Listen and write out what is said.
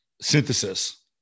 synthesis